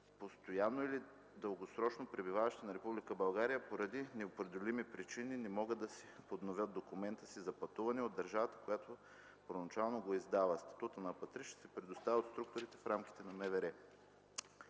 постоянно или дългосрочно пребиваващи в Република България, и поради непреодолими причини не могат да подновят документа си за пътуване от държавата, която първоначално го е издала. Статут на „апатрид” ще се предоставя от структура в рамките на МВР.